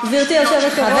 הרשויות בישראל,